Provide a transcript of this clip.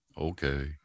Okay